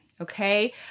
Okay